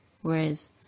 Whereas